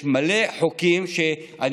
ואני